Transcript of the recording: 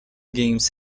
games